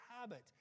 habit